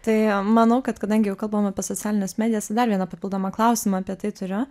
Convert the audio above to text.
tai manau kad kadangi jau kalbam apie socialines medijas tai dar vieną papildomą klausimą apie tai turiu